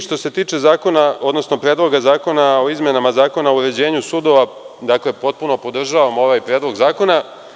Što se tiče Predloga zakona o izmenama Zakona o uređenju sudova, dakle, potpuno podržavam ovaj Predlog zakona.